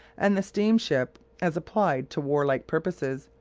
and the steam-ship as applied to war-like purposes,